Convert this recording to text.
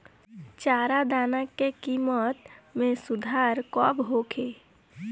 चारा दाना के किमत में सुधार कब होखे?